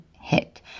hit